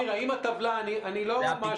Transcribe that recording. אבל, אמיר, אני לא מאשים.